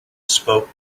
spoke